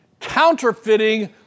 counterfeiting